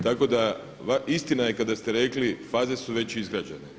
Tako da istina je kada ste rekli faze su već izgrađene.